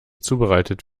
zubereitet